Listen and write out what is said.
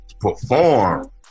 perform